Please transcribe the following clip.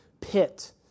pit